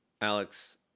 Alex